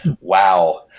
Wow